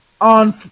on